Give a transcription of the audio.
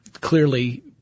clearly